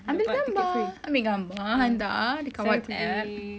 ambil gambar ambil gambar hantar dekat whatsapp